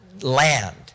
land